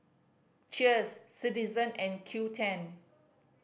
Cheers Citizen and Qoo ten